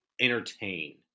entertain